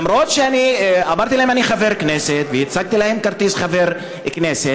למרות שאני אמרתי להם שאני חבר כנסת והצגתי להם כרטיס חבר כנסת.